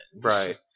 Right